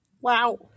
wow